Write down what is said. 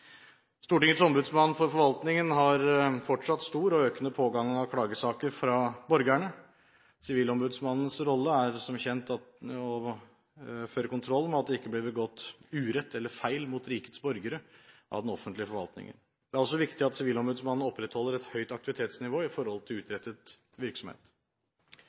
Stortingets ombudsmann for forvaltningen har fortsatt stor og økende pågang av klagesaker fra borgerne. Sivilombudsmannens rolle er som kjent å føre kontroll med at det av den offentlige forvaltningen ikke blir begått urett eller feil mot rikets borgere. Det er også viktig at sivilombudsmannen opprettholder et høyt aktivitetsnivå i forhold til utrettet virksomhet.